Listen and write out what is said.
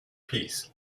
piece